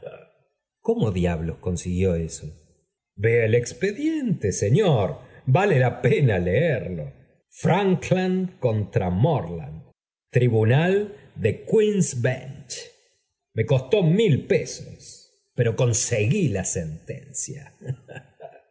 cómo diablos consiguió eso vea el expediente señor vale la pena leerlo frankland contra morland tribunal de queens bench me costó mil pesos pero conseguí la sentencia